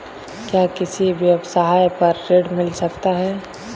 क्या किसी व्यवसाय पर ऋण मिल सकता है?